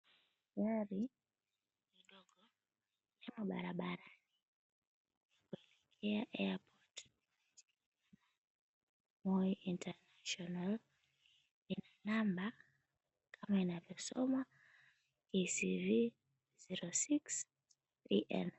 Gari limo barabarani likielekea airport Moi International number kama inavyosomwa KCV 06VL.